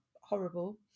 horrible